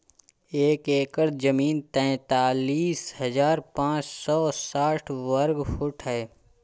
एक एकड़ जमीन तैंतालीस हजार पांच सौ साठ वर्ग फुट है